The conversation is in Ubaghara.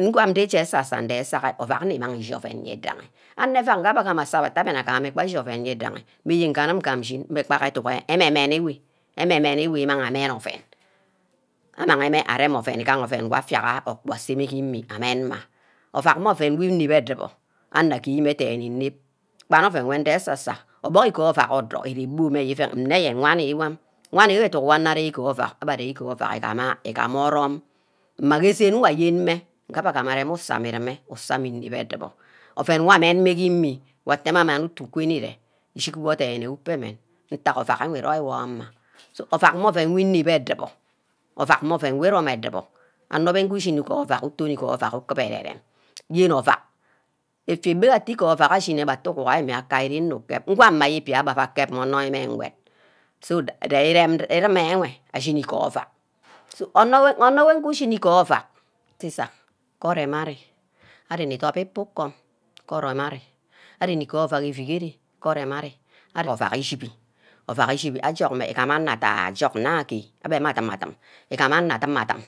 ngwam ndi-asa-sa ndesagha oven nni-mangha ishi oven uwidaghi anor ayack nge abbe nagama asemeh nne abbe na amang mme ashi oven widaghi mmeh yen ngam-amim ngan nshineh mme bah edunk emeh min-ewe, eme-min ewe inagha amen oven, amaghimeh areme oven igaha oven wor afiaha orkpo aseme ke imi amien mme avack mme oven wor inip-be edubor anor agameh dene inep gba nne oven wor nde ase-sa ogbuck igee ovack afour ire bu ivene nme eyen wani wani edunk wor anor ari go ovack abbe ari go avack igama oreme mma gee esene wor ayen-mme ngabe agama arem usor mmeh usor ame ibine edubor oven wor amen mmeh ke imi wor atemeh amang ntu gori ere ijick wor dene ku upemen oro wor amah ovack mme oven wor inip edubor ovack mme oven wor iromi edubor onor wor ujishini ige ovack, utomi iguor ovack ukuba ere-rem yen ovack egbi gba iguor ovack ashini abba atte uguhuwor mmeh aka ren nu ukep ngwum mmage ibia akap mme wor ge ngwed so, ireme enwe ashin igoi ovack, so onorwor ichi gini igwoi ovack ntisa ke orem arear ari nni-idop ipor ukum ke orem araer ari runi gwe ovack enigare ke orem area ari ovack ishibi ovack ishibi ahug mmeh igamah anor adia nna agee abe mmeh nna adin adim igam anor adim adim